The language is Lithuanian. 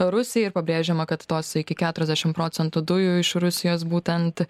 rusijai ir pabrėžiama kad tos iki keturiasdešim procentų dujų iš rusijos būtent